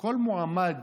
כל מועמד